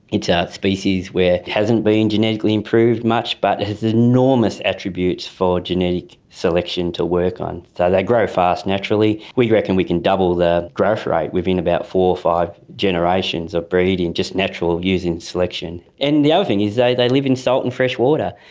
it's a species where it hasn't been genetically improved much but it has enormous attributes for genetic selection to work on, so they grow fast naturally. we reckon we can double the growth rate within about four or five generations of breeding just natural, using selection. and the other thing is they they live in salt and fresh water,